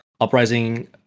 uprising